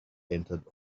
entered